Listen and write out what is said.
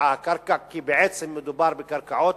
הופקעה הקרקע, כי בעצם מדובר בקרקעות